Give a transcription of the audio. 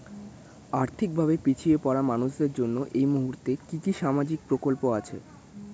আর্থিক ভাবে পিছিয়ে পড়া মানুষের জন্য এই মুহূর্তে কি কি সামাজিক প্রকল্প আছে?